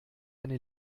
eine